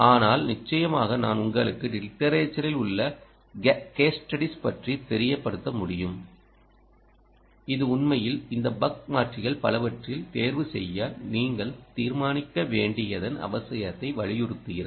ஆனால் நிச்சயமாக நான் உங்களுக்கு லிடரேச்சரில் உள்ள கேஸ் ஸ்டடிஸ் பற்றி தெரியப்படுத்த முடியும் இது உண்மையில் இந்த பக் மாற்றிகள் பலவற்றில் தேர்வு செய்ய நீங்கள் தீர்மானிக்க வேண்டியதன் அவசியத்தை வலியுறுத்துகிறது